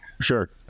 sure